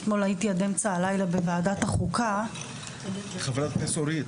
אתמול הייתי עד אמצע הלילה בוועדת החוקה --- חברת הכנסת אורית,